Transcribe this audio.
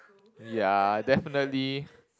ya definitely